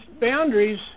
boundaries